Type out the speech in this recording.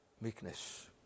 meekness